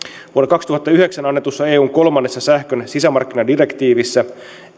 kaksituhattayhdeksän annetussa eun kolmannessa sähkön sisämarkkinadirektiivissä